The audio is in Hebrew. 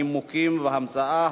נימוקים והמצאה),